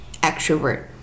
extrovert